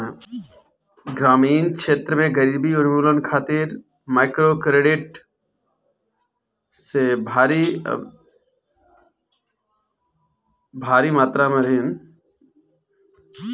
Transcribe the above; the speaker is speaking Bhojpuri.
ग्रामीण क्षेत्र में गरीबी उन्मूलन खातिर माइक्रोक्रेडिट से भारी मात्रा में ऋण देहल जाला